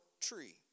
tree